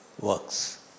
works